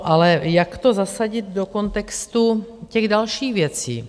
Ale jak to zasadit do kontextu těch dalších věcí?